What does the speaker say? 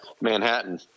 Manhattan